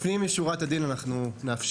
לפנים משורת הדין אנחנו נאפשר,